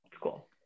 cool